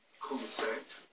concept